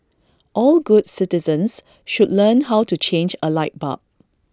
all good citizens should learn how to change A light bulb